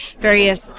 various